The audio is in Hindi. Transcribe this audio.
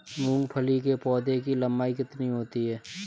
मूंगफली के पौधे की लंबाई कितनी होती है?